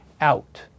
out